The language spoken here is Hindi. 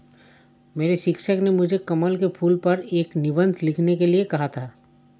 मेरे शिक्षक ने मुझे कमल के फूल पर एक निबंध लिखने के लिए कहा था